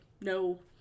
no